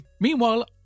Meanwhile